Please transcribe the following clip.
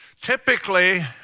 Typically